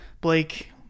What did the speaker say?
Blake